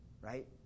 right